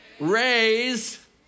raise